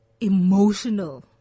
emotional